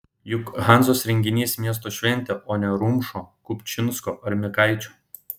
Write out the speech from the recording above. juk hanzos renginys miesto šventė o ne rumšo kupčinsko ar mikaičio